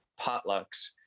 potlucks